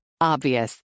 Obvious